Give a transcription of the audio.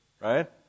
Right